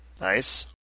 nice